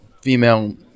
female